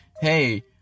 hey